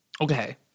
okay